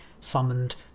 summoned